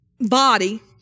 body